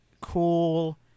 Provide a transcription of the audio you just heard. cool